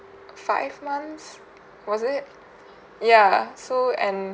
five months was it ya so and